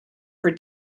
for